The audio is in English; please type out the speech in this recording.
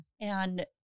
And-